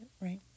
right